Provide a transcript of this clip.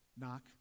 Knock